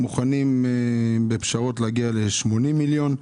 מוכנים בפשרות להגיע ל-80 מיליון.